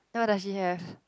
what does she have